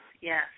yes